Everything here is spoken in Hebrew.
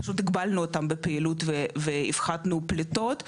פשוט הגבלנו אותם בפעילות והפחתנו פליטות,